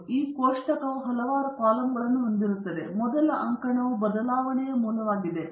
ಆದ್ದರಿಂದ ಈ ಕೋಷ್ಟಕವು ಹಲವಾರು ಕಾಲಮ್ಗಳನ್ನು ಹೊಂದಿದೆ ಮತ್ತು ಮೊದಲ ಅಂಕಣವು ಬದಲಾವಣೆಯ ಮೂಲವಾಗಿದೆ